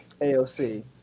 AOC